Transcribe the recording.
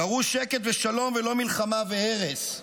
דרוש שקט ושלום ולא מלחמה והרס.